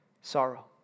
sorrow